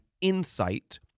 insight